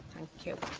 thank you.